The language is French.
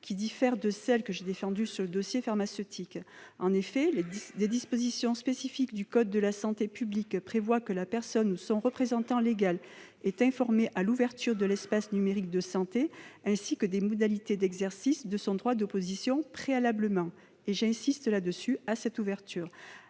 diffère de celle que j'ai défendue sur le dossier pharmaceutique. En effet, les dispositions spécifiques du code de la santé publique prévoient que la personne ou son représentant légal est informé de l'ouverture de l'espace numérique de santé, ainsi que des modalités d'exercice de son droit d'opposition préalablement, j'y insiste, à cette ouverture.